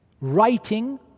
Writing